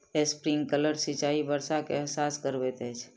sprinkler सिचाई वर्षा के एहसास करबैत अछि